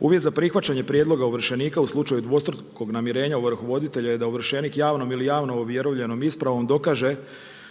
Uvjet za prihvaćanje prijedloga ovršenika u slučaju dvostrukog namjerenja ovrhovoditelja je da ovršenik javno ili javnom ovjerenom ispravom dokaže